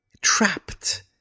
trapped